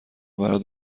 برات